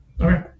Okay